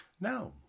Now